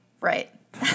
Right